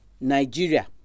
nigeria